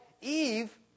Eve